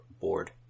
board